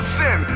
sin